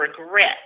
regret